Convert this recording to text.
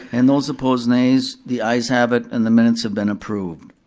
and those opposed, nays, the ayes have it, and the minutes have been approved.